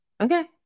okay